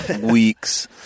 weeks